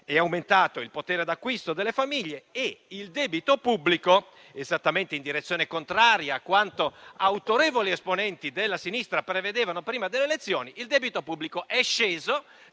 È aumentato il potere d'acquisto delle famiglie e il debito pubblico, esattamente in direzione contraria a quanto autorevoli esponenti della sinistra prevedevano prima delle elezioni, è sceso